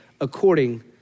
according